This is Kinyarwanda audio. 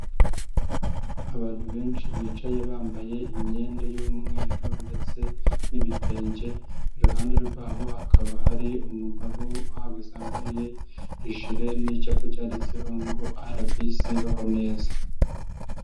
Abantu benshi bicaye bambaye imyenda y'umweru ndetse n'ibitenge, iruhande rwabo hakaba hari umugabo uhahagaze wambaye ijire n'icyapa cyanditseho ngo RBC baho neza.